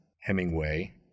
Hemingway